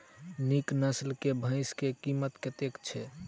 नीक नस्ल केँ भैंस केँ कीमत कतेक छै?